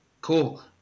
Cool